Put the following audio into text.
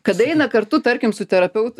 kad eina kartu tarkim su terapeut